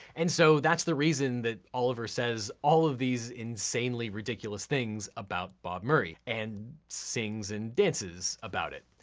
and so that's the reason that oliver says all of these insanely ridiculous things about bob murray, and sings and dances about it.